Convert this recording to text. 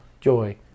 joy